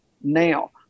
now